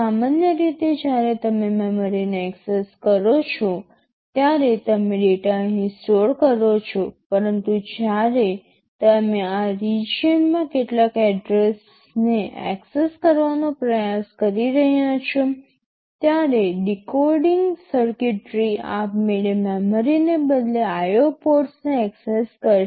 સામાન્ય રીતે જ્યારે તમે મેમરીને એક્સેસ કરો છો ત્યારે તમે ડેટા અહીં સ્ટોર કરો છો પરંતુ જ્યારે તમે આ રિજિયનમાં કેટલાક એડ્રેસને એક્સેસ કરવાનો પ્રયાસ કરી રહ્યાં છો ત્યારે ડીકોડિંગ સર્કિટરી આપમેળે મેમરીને બદલે IO પોર્ટ્સને એક્સેસ કરશે